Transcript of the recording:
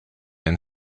and